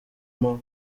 arimo